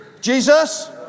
Jesus